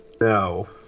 No